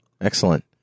Excellent